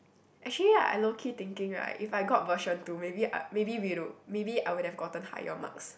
actually I low key thinking right if I got version two maybe uh maybe will maybe I would have gotten higher marks